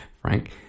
Frank